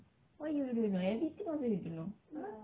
why you don't know everything also you don't know